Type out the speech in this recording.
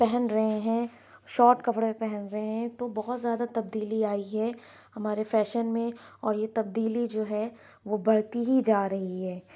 پہن رہے ہیں شاٹ کپڑے پہن رہے ہیں تو بہت زیادہ تبدیلی آئی ہے ہمارے فیشن میں اور یہ تبدیلی جو ہے وہ بڑھتی ہی جا رہی ہے